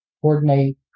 coordinate